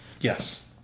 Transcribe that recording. Yes